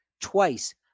twice